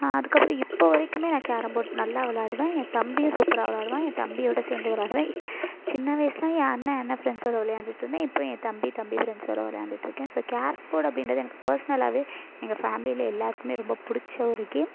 அதுக்கு அப்புறோம் இப்போ வரைக்குமே கேரம்போர்டு நல்லா விளாடுவேன் ஏ தம்பியும் சூப்பராக விளாடுவான் ஏ தம்பியோட சேர்ந்து விளாடுவேன் சின்ன வயசுல ஏ அண்ணன் அண்ணன் ஃப்ரெண்ட்ஸோட விளையாண்டுட்டு இருந்தேன் இப்போ ஏ தம்பி தம்பி ஃப்ரெண்ட்ஸோட விளையாண்டுட்டு இருக்கேன் ஸோ கேரம்போர்டு அப்படின்றது எனக்கு பெர்ஸ்னலாகவே எங்கள் ஃபேமிலியில எல்லாருக்குமே ரொம்ப பிடிச்ச ஒரு கேம்